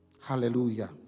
Hallelujah